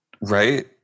Right